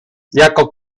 jako